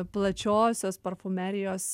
plačiosios parfumerijos